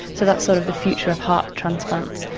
so that's sort of the future of heart transplants.